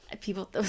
People